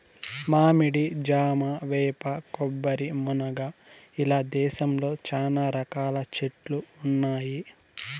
మామిడి, జామ, వేప, కొబ్బరి, మునగ ఇలా దేశంలో చానా రకాల చెట్లు ఉన్నాయి